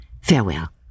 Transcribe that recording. Farewell